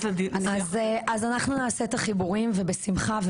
לשיח --- אנחנו נעשה את החיבורים ובשמחה,